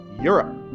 Europe